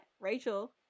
Rachel